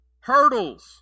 Hurdles